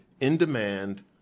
in-demand